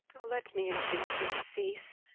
let me intreat thee cease,